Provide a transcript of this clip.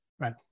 Right